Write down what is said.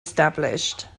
established